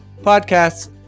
podcasts